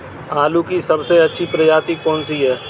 आलू की सबसे अच्छी प्रजाति कौन सी है?